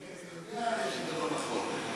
אתה הרי יודע שזה לא נכון.